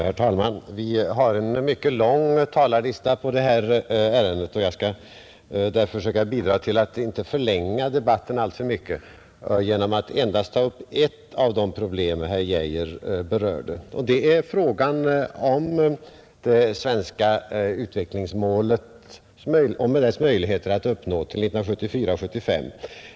Herr talman! Vi har en mycket lång talarlista framför oss, och jag skall därför försöka bidra till att inte alltför mycket förlänga debatten. Jag skall endast ta upp ett av de problem herr Geijer berörde, nämligen möjligheten att till 1974/75 uppnå det svenska biståndsmålet.